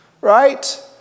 right